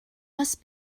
must